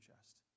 chest